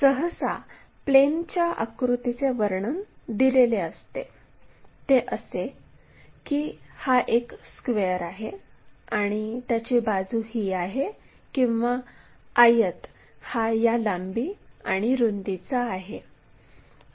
तर सहसा प्लेनच्या आकृतीचे वर्णन दिलेले असते ते असे की एक स्क्वेअर आहे आणि त्याची बाजू ही आहे किंवा आयत हा या लांबी आणि रुंदीचा आहे असे दिलेले असते